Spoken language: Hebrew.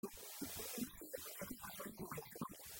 מי שהתייחס לשאלה הזאת בכנות